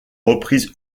reprise